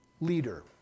leader